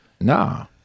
Nah